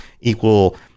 equal